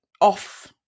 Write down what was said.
off